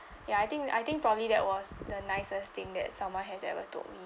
ya I think I think probably that was the nicest thing that someone has ever told me